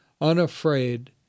unafraid